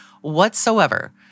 whatsoever